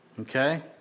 okay